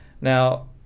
Now